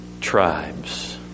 tribes